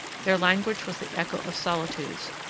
their language was the echo of solitudes,